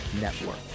Network